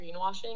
greenwashing